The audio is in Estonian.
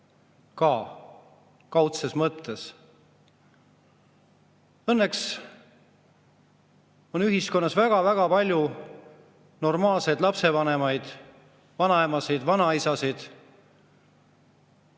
ka kaudses mõttes. Õnneks on ühiskonnas väga palju normaalseid lapsevanemaid, vanaemasid-vanaisasid,